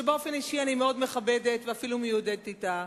שבאופן אישי אני מאוד מכבדת ואפילו מיודדת אתה,